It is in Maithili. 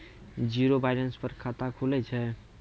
जीरो बैलेंस पर खाता खुले छै?